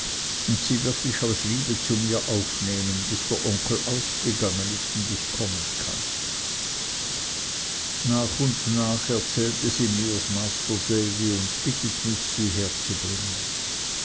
und sie wird dich aus liebe zu mir aufnehmen bis der onkel ausgegangen ist und ich kommen kann nach und nach erzählt sie mirs masr davy und bittet mich sie herzubringen